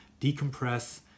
decompress